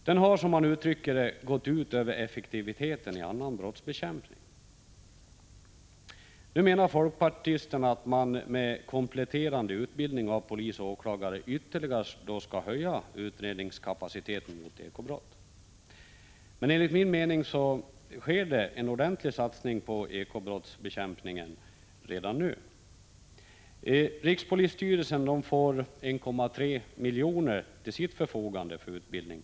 Den har, som man uttrycker det, ”gått ut över effektiviteten i annan brottsbekämpning”. Folkpartisterna menar att man genom ”kompletterande utbildning” av polis och åklagare ytterligare skall höja utredningskapaciteten när det gäller — Prot. 1985/86:134 ekobrott. 6 maj 1986 Enligt min mening sker det emellertid redan nu en ordentlig satsning på ä z Åtalsunderlåtelse och ekobrottsbekämpningen. Hard K Rikspolisstyrelsen får 1,3 milj.kr. till sitt förfogande på detta område.